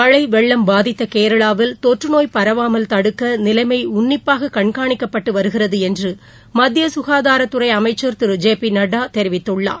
மழ வெள்ளம் பாதித்த கேரளாவில் தொற்றுநோய் பரவாமல் தடுக்க நிலைமை உள்ளிப்பாக கண்கானிக்கப்பட்டு வருகிறது என்று மத்திய ககாதாரத் துறை அமைச்சர் திரு ஜே பி நட்டா தெரிவித்துள்ளார்